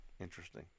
Interesting